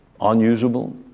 unusable